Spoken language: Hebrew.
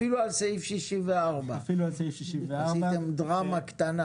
אפילו על סעיף 64. אפילו על סעיף 64. עשיתם דרמה קטנה,